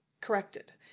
corrected